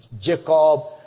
Jacob